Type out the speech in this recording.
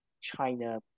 China